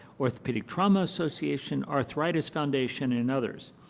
orthopedic trauma association, arthritis foundation, and and others